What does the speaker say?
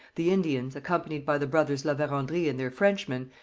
the indians, accompanied by the brothers la verendrye and their frenchmen,